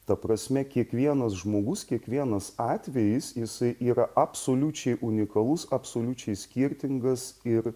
ta prasme kiekvienas žmogus kiekvienas atvejis jisai yra absoliučiai unikalus absoliučiai skirtingas ir